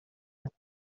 است